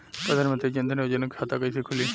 प्रधान मंत्री जनधन योजना के खाता कैसे खुली?